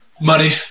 money